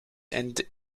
and